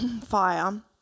fire